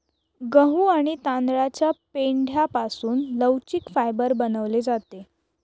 गहू आणि तांदळाच्या पेंढ्यापासून लवचिक फायबर बनवले जाते